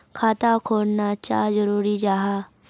खाता खोलना चाँ जरुरी जाहा?